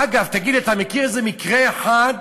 אגב, תגיד לי, אתה מכיר איזה מקרה אחד